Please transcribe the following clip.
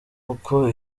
uko